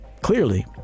clearly